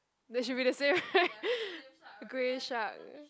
they should be the same right grey shark